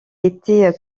était